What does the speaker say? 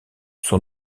son